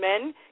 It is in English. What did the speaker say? men